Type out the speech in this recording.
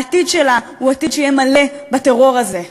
העתיד שלה הוא עתיד שיהיה מלא בטרור הזה,